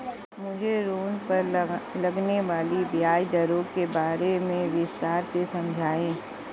मुझे ऋण पर लगने वाली ब्याज दरों के बारे में विस्तार से समझाएं